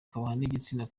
kugira